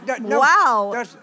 Wow